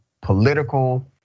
political